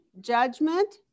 Judgment